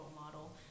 model